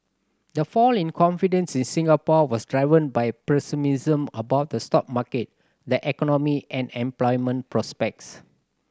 the fall in confidence in Singapore was driven by pessimism about the stock market the economy and employment prospects